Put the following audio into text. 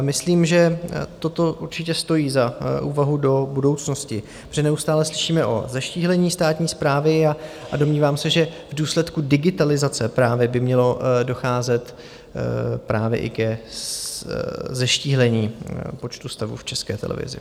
Myslím, že toto určitě stojí za úvahu do budoucnosti, protože neustále slyšíme o zeštíhlení státní správy, a domnívám se, že právě v důsledku digitalizace by mělo docházet i ke zeštíhlení počtu stavů v České televizi.